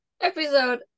Episode